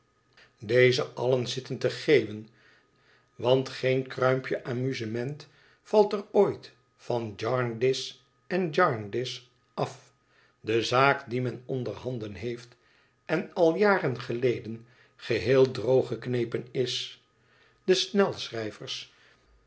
deze allen zitten te geeuwen want geen kruimpje amusement valt er ooit van jarndyce en jarndyce af de zaak die men onderhanden heeft en al jaren geleden geheel drooggeknepen is de